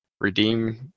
redeem